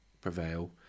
prevail